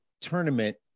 tournament